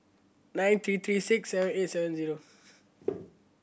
nine three three six seven eight seven zero